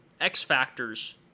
X-Factors